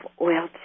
oil